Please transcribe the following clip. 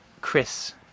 Chris